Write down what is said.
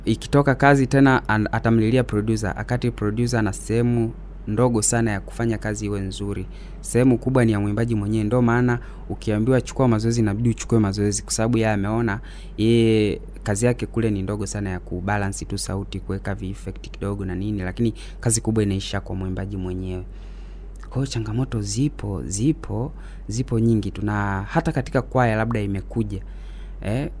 Ikitoka kazi tena an- atamlilia producer, akati producer na sehemu ndogo sana ya kufanya kazi iwe nzuri. Sehemu kubwa ni ya mwimbaji mwenyewe, ndo maana ukiambiwa chukua mazoezi, inabidi uchukue mazoezi kwa sababu yeye ameona, yeye kazi yake kule ni ndogo sana ya kubalansi tu sauti, kuweka vi-effect kidogo na nini, lakini kazi kubwa inaisha kwa mwimbaji mwenyewe. Kwa hiyo changamoto zipo- zipo- zipo nyingi tu na hata katika kwaya labda imekuja, eh,